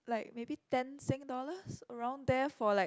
like maybe ten sing dollars around there for like